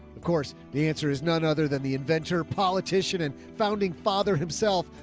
of course, the answer is none other than the inventor, politician and founding father himself.